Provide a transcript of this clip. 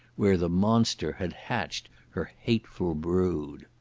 where the monster had hatched her hateful brood.